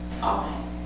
Amen